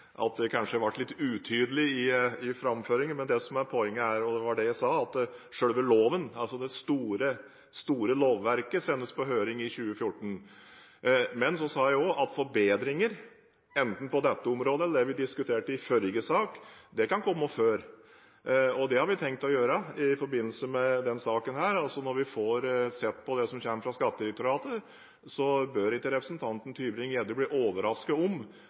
det som gjorde at jeg kanskje ble litt utydelig i framføringen, men det som er poenget – og det var det jeg sa – er at selve loven, altså det store lovverket, sendes på høring i 2014. Men jeg sa også at forbedringer, enten på dette området eller det området vi diskuterte i forrige sak, kan komme før. Det har vi tenkt å gjøre i forbindelse med denne saken. Når vi får sett på det som kommer fra Skattedirektoratet, bør ikke representanten Tybring-Gjedde bli overrasket om